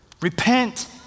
repent